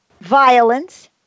violence